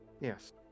Yes